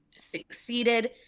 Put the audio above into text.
succeeded